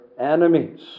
enemies